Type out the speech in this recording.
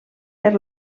per